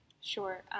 Sure